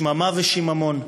שממה ושיממון.